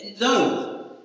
No